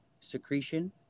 secretion